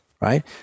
right